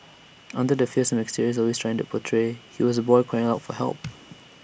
under the fearsome exterior he was trying to portray he was A boy calling out for help